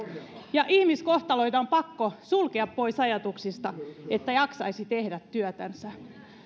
ja ihmiskohtaloita on pakko sulkea pois ajatuksista että jaksaisi tehdä työntänsä